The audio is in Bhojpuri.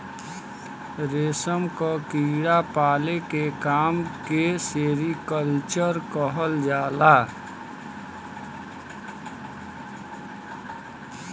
रेशम क कीड़ा पाले के काम के सेरीकल्चर कहल जाला